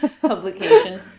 publication